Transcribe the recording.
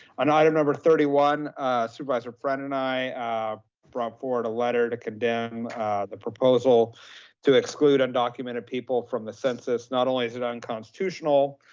on item number thirty one supervisor friend and i brought forward a letter to condemn the proposal to exclude undocumented people from the census. not only is it unconstitutional